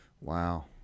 Wow